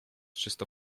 czysto